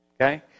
okay